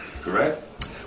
Correct